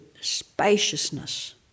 spaciousness